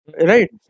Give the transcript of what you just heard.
right